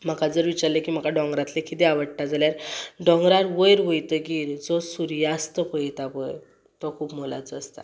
म्हाका जर विचारलें की म्हाका डोंगरांतलें किदें आवडटा जाल्यार डोंगरार वयर वयतगीर जो सुर्यास्त पळयता पळय तो खूब मोलाचो आसता